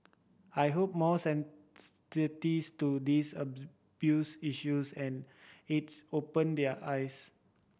I hope more to these abuse issues and it's opened their eyes